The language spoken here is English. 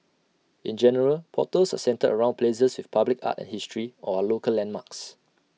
in general portals are centred around places with public art and history or are local landmarks